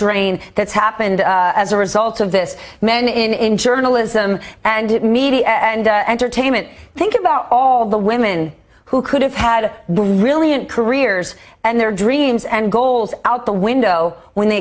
drain that's happened as a result of this men in journalism and media and entertainment think about all the women who could have had a really and careers and their dreams and goals out the window when they